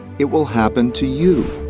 it will happen to you.